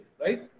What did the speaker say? right